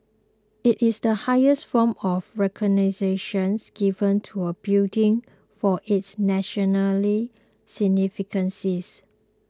it is the highest form of recognitions given to a building for its nationally significance